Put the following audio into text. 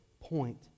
point